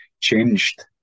changed